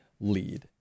lead